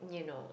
you know